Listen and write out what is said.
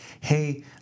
hey